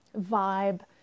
vibe